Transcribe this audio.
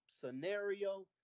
scenario